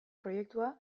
proiektua